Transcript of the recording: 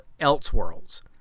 Elseworlds